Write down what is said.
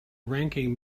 ranking